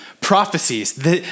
prophecies